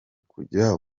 kujya